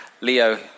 Leo